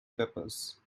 peppers